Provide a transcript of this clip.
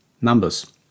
numbers